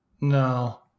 No